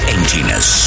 Emptiness